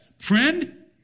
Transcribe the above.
Friend